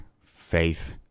faith